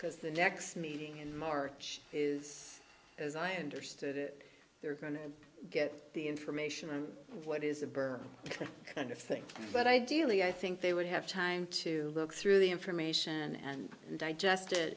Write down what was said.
because the next meeting in march is as i understood it they're going to get the information on what is a bird kind of thing but ideally i think they would have time to look through the information and digest it